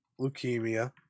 leukemia